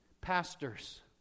Pastors